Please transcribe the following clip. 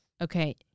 okay